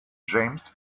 james